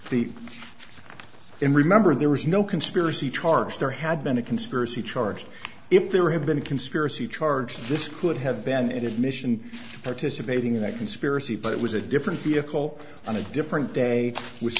he in remember there was no conspiracy charge there had been a conspiracy charge if there have been a conspiracy charge this could have been added mission participating in a conspiracy but it was a different vehicle on a different day which